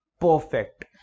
perfect